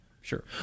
Sure